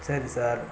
சரி சார்